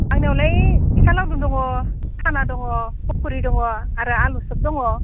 आंनियावलाय फिथा लावदुम दङ साना दङ पकरि दङ आरो आलु सप दङ